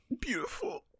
Beautiful